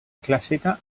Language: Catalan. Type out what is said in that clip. clàssica